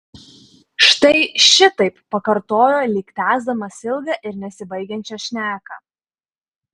štai šitaip pakartojo lyg tęsdamas ilgą ir nesibaigiančią šneką